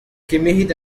kemerit